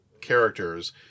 characters